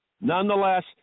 Nonetheless